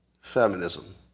feminism